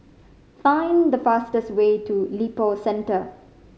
find the fastest way to Lippo Centre